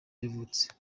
yavutse